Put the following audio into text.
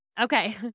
Okay